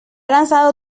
lanzado